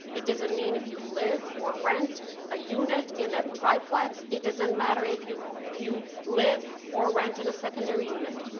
it doesn't mean if you live or rent a unit in a triplex. it doesn't matter if you if you live or rent in a secondary unit.